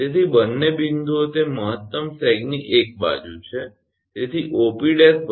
તેથી બંને બિંદુઓ તે મહત્તમ સેગની એક જ બાજુ છે